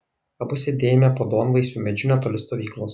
abu sėdėjome po duonvaisiu medžiu netoli stovyklos